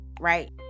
right